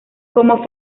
como